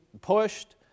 pushed